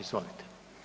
Izvolite.